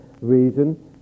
reason